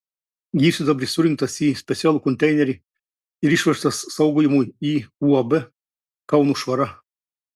gyvsidabris surinktas į specialų konteinerį ir išvežtas saugojimui į uab kauno švara